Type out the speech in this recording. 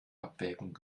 abwägung